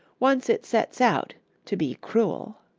once it sets out to be cruel.